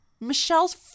Michelle's